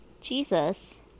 Jesus